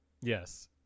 Yes